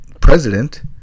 president